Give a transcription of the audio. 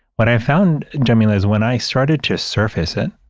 what i found, jameela, is when i started to surface it,